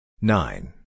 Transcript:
nine